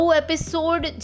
episode